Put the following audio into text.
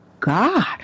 God